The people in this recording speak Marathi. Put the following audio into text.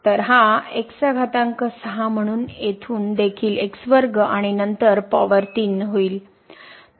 तर हा म्हणून येथून देखील आणि नंतर पॉवर 3